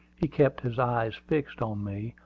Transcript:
he kept his eyes fixed on me,